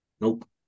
nope